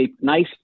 nice